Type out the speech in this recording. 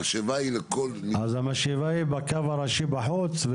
המשאבה היא לכל --- אז המשאבה היא בקו הראשי בחוץ.